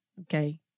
Okay